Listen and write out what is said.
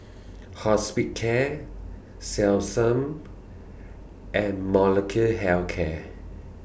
Hospicare Selsun and Molnylcke Health Care